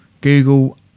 Google